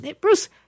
Bruce